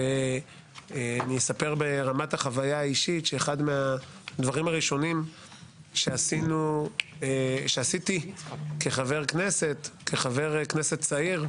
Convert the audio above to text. אספר ברמת החוויה האישית שאחד מהדברים הראשונים שעשיתי כחבר כנסת צעיר,